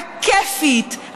הכיפית,